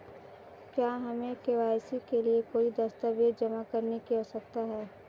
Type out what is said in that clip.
क्या हमें के.वाई.सी के लिए कोई दस्तावेज़ जमा करने की आवश्यकता है?